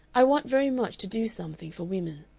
i want very much to do something for women.